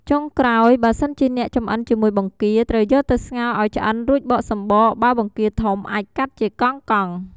ចុងក្រោយ បើសិនជាអ្នកចម្អិនជាមួយបង្គា ត្រូវយកទៅស្ងោរឱ្យឆ្អិនរួចបកសំបក បើបង្គាធំអាចកាត់ជាកង់ៗ។